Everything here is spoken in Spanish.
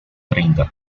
treinta